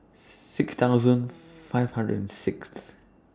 six thousand five hundred and Sixth